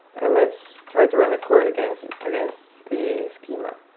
and let's try to run a query against against the schema.